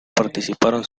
participaron